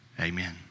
amen